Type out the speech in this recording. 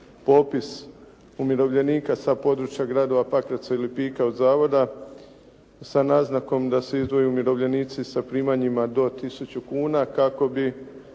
popis umirovljenika sa područja gradova Pakraca i Lipika od zavoda sa naznakom da se izdvoje umirovljenici sa primanjima do tisuću kuna kako bi